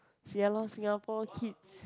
ya lor Singapore kids